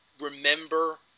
remember